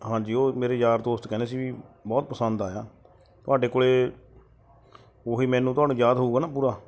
ਹਾਂਜੀ ਉਹ ਮੇਰੇ ਯਾਰ ਦੋਸਤ ਕਹਿੰਦੇ ਸੀ ਵੀ ਬਹੁਤ ਪਸੰਦ ਆਇਆ ਤੁਹਾਡੇ ਕੋਲ ਉਹੀ ਮੈਨੂੰ ਤੁਹਾਨੂੰ ਯਾਦ ਹੋਊਗਾ ਨਾ ਪੂਰਾ